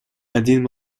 один